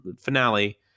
finale